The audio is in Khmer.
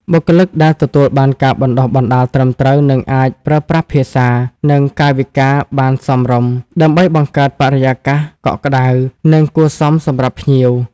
បុគ្គលិកដែលទទួលបានការបណ្តុះបណ្តាលត្រឹមត្រូវ នឹងអាចប្រើប្រាស់ភាសា និងកាយវិការបានសមរម្យ ដើម្បីបង្កើតបរិយាកាសកក់ក្តៅ និងគួរសមសម្រាប់ភ្ញៀវ។